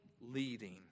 leading